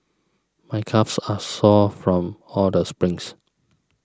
my calves are sore from all the sprints